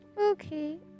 Okay